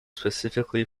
specifically